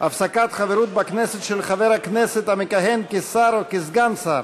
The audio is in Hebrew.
(הפסקת חברות בכנסת של חבר הכנסת המכהן כשר או כסגן שר)